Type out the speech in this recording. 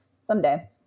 someday